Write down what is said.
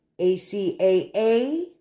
ACAA